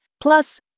plus